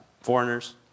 foreigners